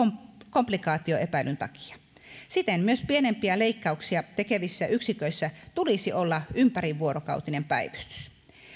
komplikaatioepäilyn takia siten myös pienempiä leikkauksia tekevissä yksiköissä tulisi olla ympärivuorokautinen päivystys